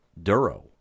duro